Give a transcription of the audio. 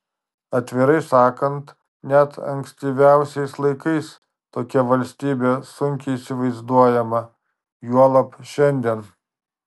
atvirai sakant net ankstyviausiais laikais tokia valstybė sunkiai įsivaizduojama juolab šiandien